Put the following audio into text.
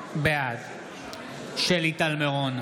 בעד שלי טל מירון,